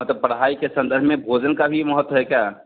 मतलब पढ़ाई के संदर्भ में भोजन का भी महत्व है क्या